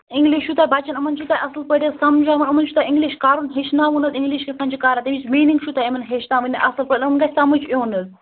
English چھُو تۄہہِ بَچَن إمَن چھُو تۄہہِ اَصٕل پٲٹھۍ حظ سمجھاوُن یِمَن چھُو تۄہہِ اِنٛگلِش کَرُن ہیٚچھناوُن حظ اِنٛگلِش کِتھ کٔنۍ چھِ کَران تَمِچ میٖنِنٛگ چھُو تۄہہِ یِمَن ہیٚچھناوٕنۍ اَصٕل پٲٹھۍ مطلب یِمَن گژھِ سمٕجھ یُن حظ